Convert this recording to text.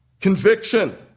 conviction